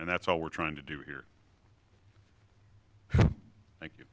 and that's all we're trying to do here thank you